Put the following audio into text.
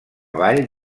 vall